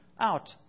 out